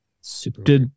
Super